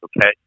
okay